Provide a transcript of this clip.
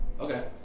Okay